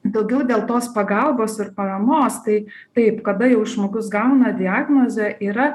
daugiau dėl tos pagalbos ir paramos tai taip kada jau žmogus gauna diagnozę yra